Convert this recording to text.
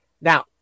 now